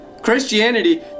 Christianity